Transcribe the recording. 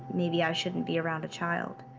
maybe i shouldn't be around a child.